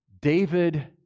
David